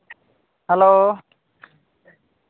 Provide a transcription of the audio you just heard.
hello